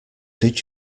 did